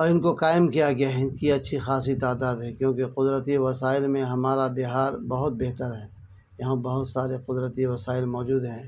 اور ان کو قائم کیا گیا ہے ان کی اچھی خای تعداد ہے کیونکہ قدرتی وسائل میں ہمارا بہار بہت بہتر ہے یہاں بہت سارے قدرتی وسائل موجود ہیں